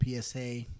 PSA